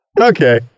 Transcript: okay